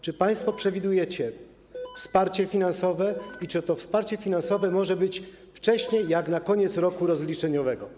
Czy państwo przewidujecie wsparcie finansowe i czy to wsparcie finansowe może być wcześniej niż na koniec roku rozliczeniowego?